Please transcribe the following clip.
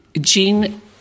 Jean